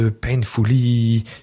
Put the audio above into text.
painfully